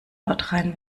nordrhein